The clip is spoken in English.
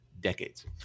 decades